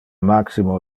maximo